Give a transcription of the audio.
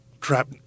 trap